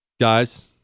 Guys